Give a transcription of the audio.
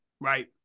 right